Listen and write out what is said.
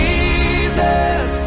Jesus